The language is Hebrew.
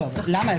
למה?